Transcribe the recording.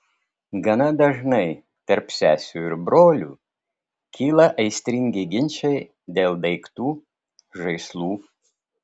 gana dažnai tarp sesių ir brolių kyla aistringi ginčai dėl daiktų žaislų